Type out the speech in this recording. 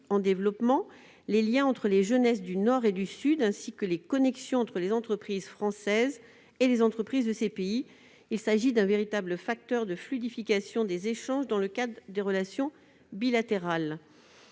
en développement, les liens entre les jeunesses du Nord et du Sud ainsi que les connexions entre les entreprises françaises et les entreprises de ces pays. Il s'agit d'un véritable facteur de fluidification des échanges dans le cadre des relations bilatérales.